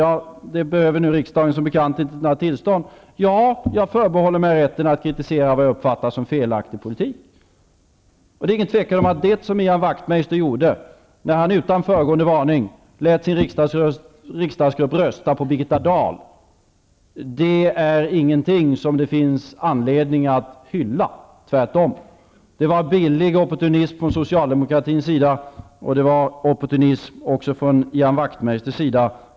Men riksdagen behöver som bekant inte några tillstånd. Ja, jag förbehåller mig rätten att kritisera vad jag uppfattar som felaktig politik. Det är inget tvivel om att det som Ian Wachtmeister gjorde när han utan föregående varning lät sin riksdagsgrupp rösta på Birgitta Dahl inte var någonting som det finns anledning att hylla. Tvärtom. Det var billig opportunism från socialdemokratins sida, och det var opportunism också från Ian Wachtmeisters sida.